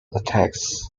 attacks